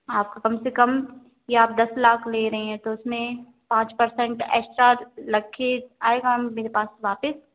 आपको कम से कम ये आप दस लाख ले रही हैं तो उसमें पाँच परसेंट एक्स्ट्रा लग के आएगा मेरे पास वापस